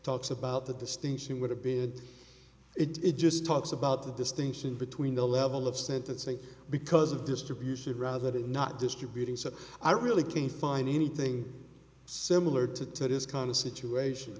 talks about the distinction would have been it just talks about the distinction between the level of sentencing because of distribution rather than not distributing so i really can't find anything similar to this kind of situation